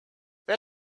wer